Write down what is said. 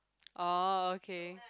oh okay